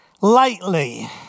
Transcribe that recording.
lightly